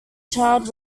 child